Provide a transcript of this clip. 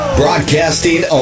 broadcasting